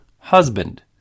husband